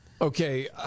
okay